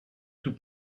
tout